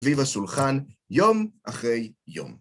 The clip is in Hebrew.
סביב סולחן יום אחרי יום.